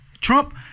Trump